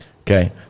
Okay